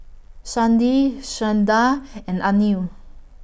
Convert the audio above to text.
Chandi Sundar and Anil